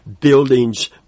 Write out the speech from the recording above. buildings